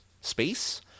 space